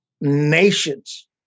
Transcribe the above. nations